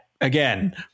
again